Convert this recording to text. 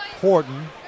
Horton